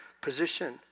position